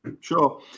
Sure